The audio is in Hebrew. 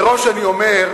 מראש אני אומר,